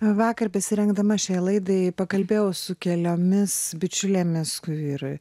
vakar besirengdama šiai laidai pakalbėjau su keliomis bičiulėmis ir